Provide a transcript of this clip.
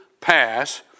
pass